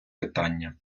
питання